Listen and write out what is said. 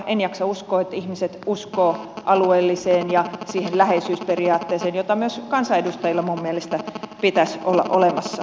en jaksa uskoa että ihmiset uskovat alueelliseen ja siihen läheisyysperiaatteeseen jota myös kansanedustajilla minun mielestä pitäisi olla olemassa